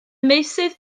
meysydd